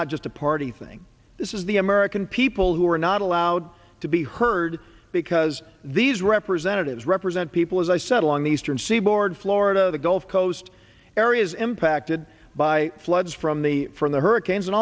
not just a party thing this is the american people who are not allowed to be heard because these representatives represent people as i said along the eastern seaboard florida gulf coast areas impacted by floods from the from the hurricanes and